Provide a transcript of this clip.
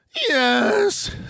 Yes